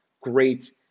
Great